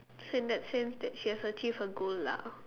since that since that she has achieved her goal lah